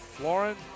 Lauren